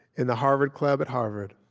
in the harvard club at harvard.